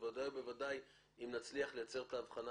בוודאי ובוודאי אם נצליח לייצר את ההבחנה